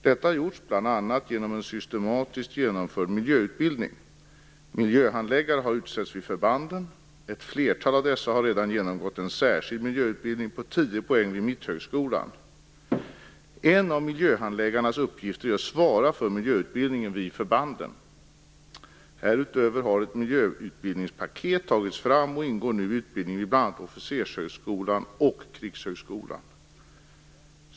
Detta har gjorts bl.a. genom en systematiskt genomförd miljöutbildning. Miljöhandläggare har utsetts vid förbanden. Ett flertal av dessa har redan genomgått en särskild miljöutbildning på 10 poäng vid Mitthögskolan. En av miljöhandläggarnas uppgifter är att svara för miljöutbildningen vid förbanden. Härutöver har ett miljöutbildningspaket tagits fram och ingår nu i utbildningen vid bl.a. Officershögskolan och Krigshögskolan.